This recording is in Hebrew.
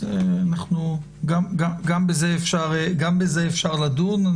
גם בזה אפשר לדון.